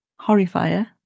Horrifier